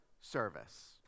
service